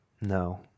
No